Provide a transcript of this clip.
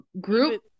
group